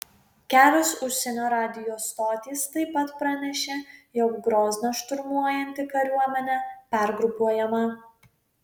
kelios užsienio radijo stotys taip pat pranešė jog grozną šturmuojanti kariuomenė pergrupuojama